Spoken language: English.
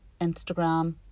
Instagram